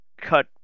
cut